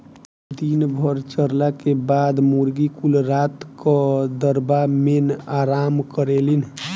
दिन भर चरला के बाद मुर्गी कुल रात क दड़बा मेन आराम करेलिन